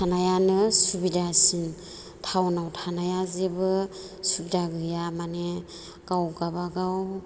थानायानो सुबिदासिन टाउनआव थानाया जेबो सुबिदा गैया माने गाव गावबागाव